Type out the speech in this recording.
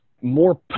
more